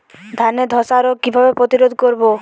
ধানে ধ্বসা রোগ কিভাবে প্রতিরোধ করব?